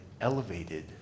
elevated